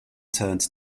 turned